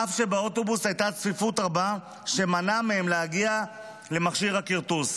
אף שבאוטובוס הייתה צפיפות רבה שמנעה מהם להגיע למכשיר הכרטוס.